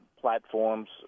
platforms